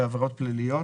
בעבירות פליליות,